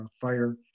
fire